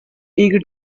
eager